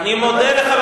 אני מודה לך,